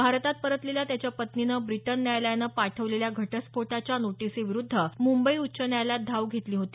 भारतात परतलेल्या त्याच्या पत्नीनं ब्रिटन न्यायालयानं पाठवलेल्या घटस्फोटाच्या नोटीसीविरुद्ध मुंबई उच्च न्यायालयात धाव घेतली होती